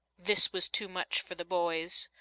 this was too much for the boys.